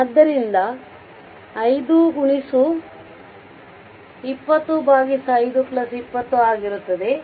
ಆದ್ದರಿಂದ ಇದು 5 205 20 ಆಗಿರುತ್ತದೆ